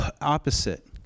opposite